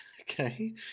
Okay